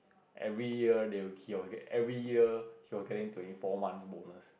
every year they he will get every year he were getting twenty four months bonus